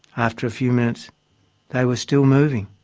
after a few minutes they were still moving.